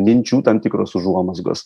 minčių tam tikros užuomazgos